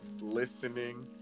listening